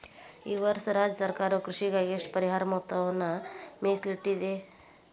ಈ ವರ್ಷ ರಾಜ್ಯ ಸರ್ಕಾರವು ಕೃಷಿಗಾಗಿ ಎಷ್ಟು ಪರಿಹಾರ ಮೊತ್ತವನ್ನು ಮೇಸಲಿಟ್ಟಿದೆ?